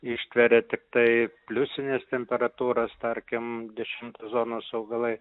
ištveria tiktai pliusines temperatūras tarkim dešimtos zonos augalai